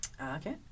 Okay